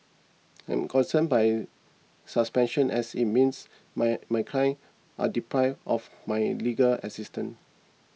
I am concerned by suspension as it means my my clients are deprived of my legal assistance